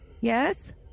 Yes